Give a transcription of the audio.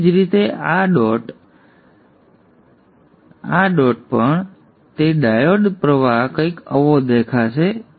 તેવી જ રીતે આ ડોટએ પણ તેથી ડાયોડ પ્રવાહ કંઈક આવો દેખાશે